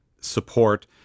support